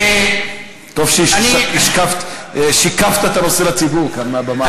טוב ששיקפת את הנושא לציבור כאן, מהבמה הזאת.